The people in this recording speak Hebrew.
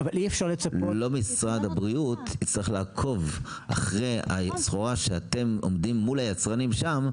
לא משרד הבריאות יצטרך לעקוב אחר הסחורה כשאתם עומדים מול היצרנים שם,